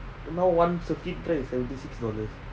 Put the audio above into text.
now one circuit right is seventy six dollars